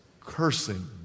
cursing